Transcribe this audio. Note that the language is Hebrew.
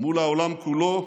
מול העולם כולו,